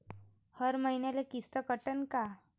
हर मईन्याले किस्त कटन का?